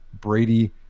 Brady